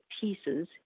pieces